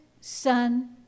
Son